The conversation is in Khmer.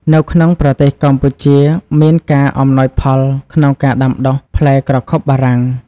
នៅក្នុងប្រទេសកម្ពុជាមានការ អំណោយផលក្នុងការដាំដុះ ផ្លែក្រខុបបារាំង។